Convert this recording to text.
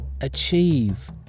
achieve